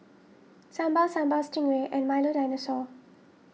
Sambal Sambal Stingray and Milo Dinosaur